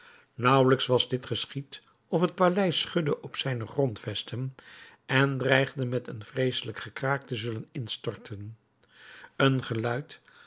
naauwelijks was dit geschied of het paleis schudde op zijne grondvesten en dreigde met een vreeselijk gekraak te zullen instorten een geluid